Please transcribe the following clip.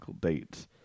dates